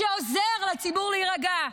שעוזר לציבור להירגע,